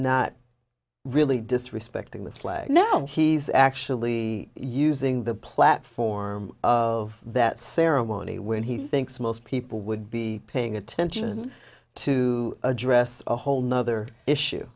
not really disrespecting the flag now he's actually using the platform of that ceremony when he thinks most people would be paying attention to address a whole nother issue